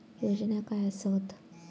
योजना काय आसत?